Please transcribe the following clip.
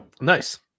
Nice